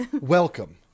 welcome